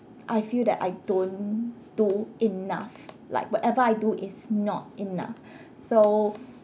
I feel that I don't do enough like whatever I do is not enough so